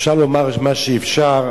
אפשר לומר מה שאפשר,